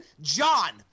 John